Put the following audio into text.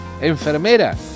enfermera